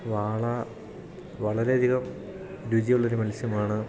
വാള വളരെ അധികം രുചിയുള്ളൊരു മത്സ്യമാണ്